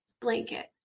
blanket